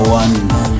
one